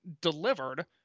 delivered